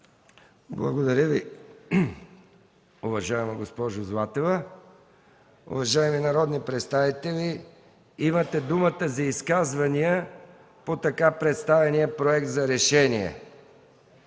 Благодаря Ви, уважаема госпожо Златева. Уважаеми народни представители, имате думата за изказвания по така представения проект за решение.